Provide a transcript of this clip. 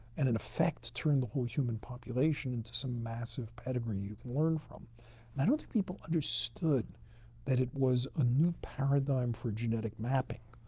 and in effect, turn the whole human population into some massive pedigree you can learn from. and i don't think people understood that it was a new paradigm for genetic mapping.